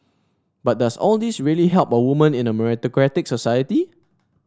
but does all this really help women in a meritocratic society